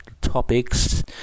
topics